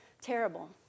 terrible